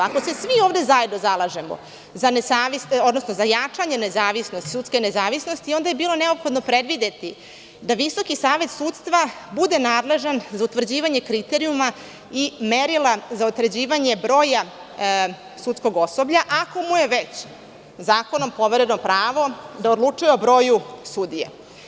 Ako se svi ovde zajedno zalažemo za jačanje sudske nezavisnosti, onda je bilo neophodno predvideti da Visoki savet sudstva bude nadležan za utvrđivanje kriterijuma i merila za utvrđivanje broja sudskog osoblja, ako mu je već zakonom povereno pravo da odlučuje o broju sudija.